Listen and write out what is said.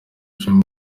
dream